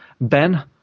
Ben